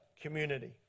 community